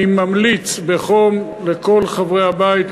אני ממליץ בחום לכל חברי הבית,